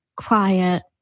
quiet